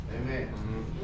Amen